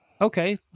Okay